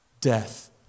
death